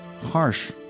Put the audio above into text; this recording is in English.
Harsh